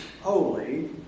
holy